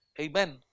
Amen